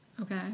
Okay